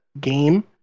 game